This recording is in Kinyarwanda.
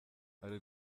hari